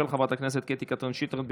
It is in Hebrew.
של חברת הכנסת קטי קטרין שטרית.